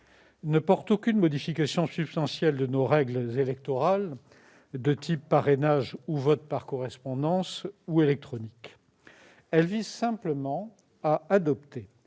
ne portent aucune modification substantielle de nos règles électorales, de type parrainages ou vote par correspondance ou électronique. Elles visent simplement à adapter